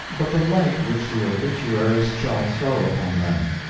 but the light which the obituarist shall throw upon them,